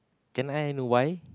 can I know why